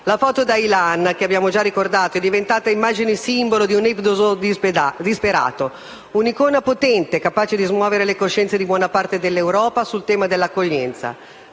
La foto di Aylan, che abbiamo già ricordato, è diventata immagine simbolo di un esodo disperato, un'icona potente, capace di smuovere le coscienze di buona parte dell'Europa sul tema dell'accoglienza.